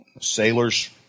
Sailors